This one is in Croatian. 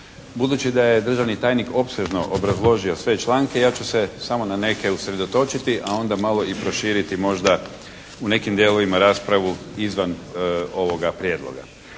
Budući da je državni tajnik opsežno obrazložio sve članke ja ću se samo na neke usredotočiti, a onda malo i proširiti možda u nekim dijelovima raspravu izvan ovoga prijedloga.